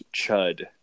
Chud